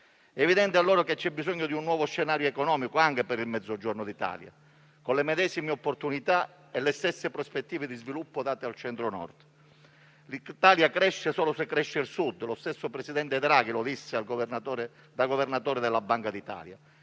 È evidente allora che c'è bisogno di un nuovo scenario economico anche per il Mezzogiorno d'Italia, con le medesime opportunità e le stesse prospettive di sviluppo dati al Centro-Nord. L'Italia cresce solo se cresce il Sud: lo stesso presidente Draghi lo disse da governatore della Banca d'Italia.